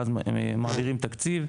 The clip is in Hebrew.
ואז מעבירים תקציב.